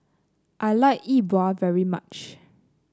I like Yi Bua very much